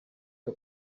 que